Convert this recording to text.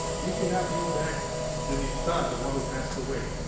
we cannot bring back the niftar, the one who passed away,